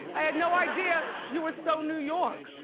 i had no idea you were so new york.